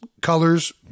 colors